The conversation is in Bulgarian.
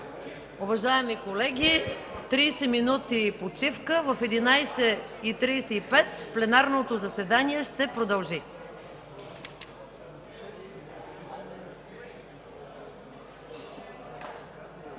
Уважаеми колеги, 30 минути почивка. Пленарното заседание ще продължи